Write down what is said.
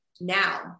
now